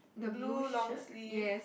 the blue shirt yes